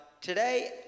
Today